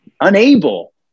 unable